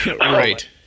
Right